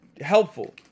helpful